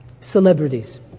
Celebrities